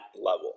level